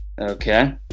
Okay